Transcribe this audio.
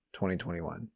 2021